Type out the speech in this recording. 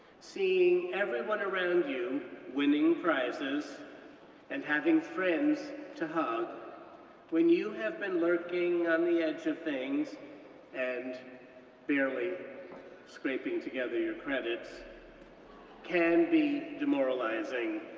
seeing everyone around you winning prizes and having friends to hug when you have been lurking on the edge of things and barely scraping together your credits can be demoralizing.